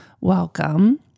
welcome